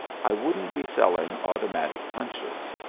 i wouldn't be selling automatic punches.